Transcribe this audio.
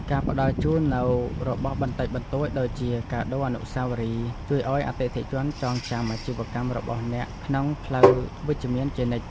ការផ្ដល់ជូននូវរបស់បន្តិចបន្តួចជាកាដូអនុស្សាវរីយ៍ជួយឱ្យអតិថិជនចងចាំអាជីវកម្មរបស់អ្នកក្នុងផ្លូវវិជ្ជមានជានិច្ច។